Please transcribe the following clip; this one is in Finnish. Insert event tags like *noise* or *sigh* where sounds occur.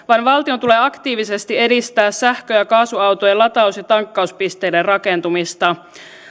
*unintelligible* vaan valtion tulee aktiivisesti edistää sähkö ja kaasuautojen lataus ja tankkauspisteiden rakentumista